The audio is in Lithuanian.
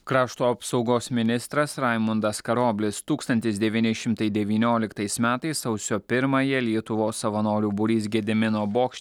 krašto apsaugos ministras raimundas karoblis tūkstantis devyni šimtai devynioliktais metais sausio pirmąją lietuvos savanorių būrys gedimino bokšte